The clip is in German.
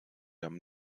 haben